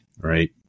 right